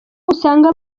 usanga